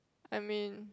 I mean